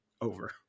over